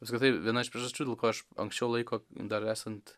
apskritai viena iš priežasčių dėl ko aš anksčiau laiko dar esant